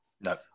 No